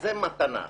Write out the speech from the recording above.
זה מתנה,